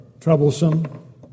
troublesome